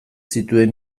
zituen